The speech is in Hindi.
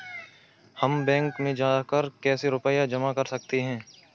हम बैंक में जाकर कैसे रुपया जमा कर सकते हैं?